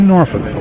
Norfolk